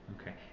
Okay